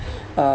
uh